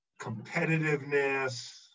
competitiveness